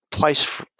place